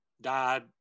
died